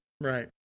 Right